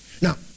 Now